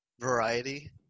variety